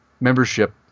membership